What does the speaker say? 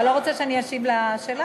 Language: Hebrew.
אתה לא רוצה שאני אשיב על השאלה?